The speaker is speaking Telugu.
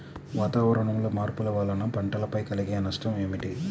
వాతావరణంలో మార్పుల వలన పంటలపై కలిగే నష్టం ఏమిటీ?